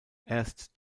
erst